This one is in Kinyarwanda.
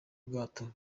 bwato